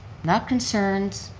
not concerns,